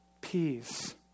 peace